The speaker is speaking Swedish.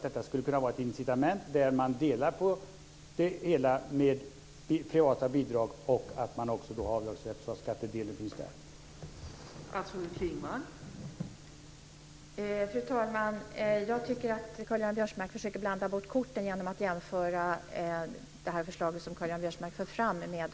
Detta skulle kunna vara ett incitament där man delar på det hela, med privata bidrag och även med avdragsrätt, så att skattedelen finns med.